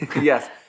Yes